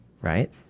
right